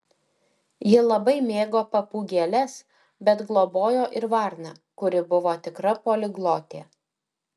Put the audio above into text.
ji labai mėgo papūgėles bet globojo ir varną kuri buvo tikra poliglotė